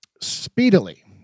speedily